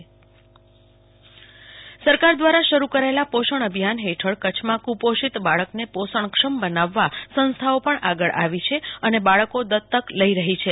કુલ્પના શાહ કચ્છ પોષણ અભિયાન સરકાર દ્વારા શરૂ કરાયેલા પોષણ અભિયાન હેઠળ કચ્છમાં કુપોષિત બાળકને પોષણક્ષમ બનાવવા સંસ્થાઓ પણ આગળ આવી છે અને બાળકો દત્તક લઈ રહી છે